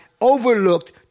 overlooked